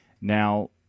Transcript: Now